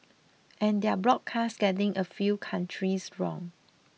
and their broadcast getting a few countries wrong